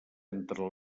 entre